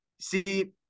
See